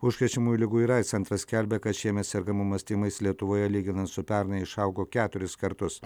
užkrečiamųjų ligų ir aids centras skelbia kad šiemet sergamumas tymais lietuvoje lyginant su pernai išaugo keturis kartus